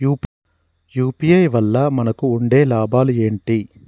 UPI వల్ల మనకు ఉండే లాభాలు ఏంటి?